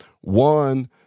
One